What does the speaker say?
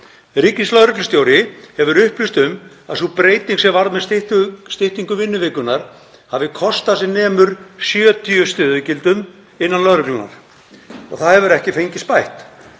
Ríkislögreglustjóri hefur upplýst um að sú breyting sem varð með styttingu vinnuvikunnar hafi kostað sem nemur 70 stöðugildum innan lögreglunnar og það hefur ekki fengist bætt.